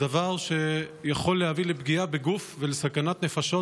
דבר שיכול היה להביא לפגיעה בגוף ולסכנת נפשות,